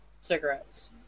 cigarettes